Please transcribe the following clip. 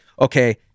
okay